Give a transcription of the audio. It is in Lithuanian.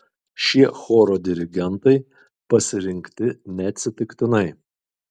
šie choro dirigentai pasirinkti neatsitiktinai